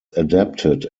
adapted